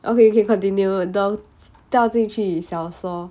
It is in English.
okay you can continue the 掉进去小说